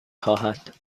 خواهد